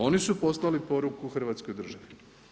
Oni su poslali poruku hrvatskoj državi.